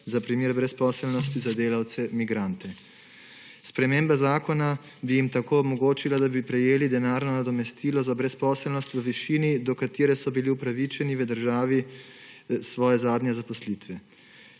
za primer brezposelnosti za delavce migrante. Sprememba zakona bi jim tako omogočila, da bi prejeli denarno nadomestilo za brezposelnost v višini, do katere so bili upravičeni v državi svoje zadnje zaposlitve,